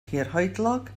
hirhoedlog